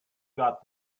got